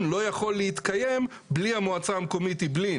לא יכול להתקיים בלי המועצה המקומית אעבלין.